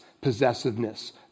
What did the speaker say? possessiveness